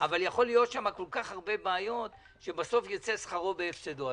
אבל יכולות להיות שם כל כך הרבה בעיות שבסוף יצא שכרו בהפסדו.